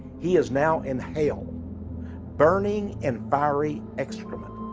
he is now in hell burning in fiery excrement,